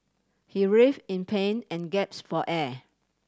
he writhe in pain and gasp for air